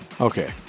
Okay